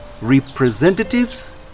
representatives